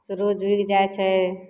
सूर्य उगि जाइ छै